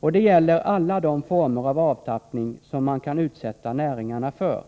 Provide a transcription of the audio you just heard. Och det gäller alla de former av avtappning man kan utsätta näringarna för.